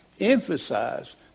emphasize